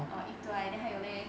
orh E two I have ah 还有 leh